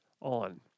on